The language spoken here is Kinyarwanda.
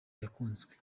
yakunzwe